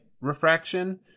refraction